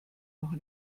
noch